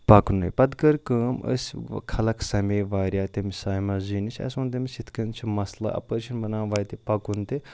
پَکنُے پَتہٕ کٔر کٲم أسۍ خلق سَمے واریاہ تٔمِس صایمہ جی نِش اَسہِ ووٚن تٔمِس یِتھ کٔنۍ چھُ مسلہٕ اَپٲرۍ چھُنہٕ بَنان وَتہِ پَکُن تہِ